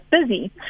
busy